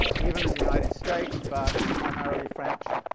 ah even in the united states, but primarily french.